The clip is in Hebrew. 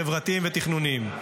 חברתיים ותכנוניים.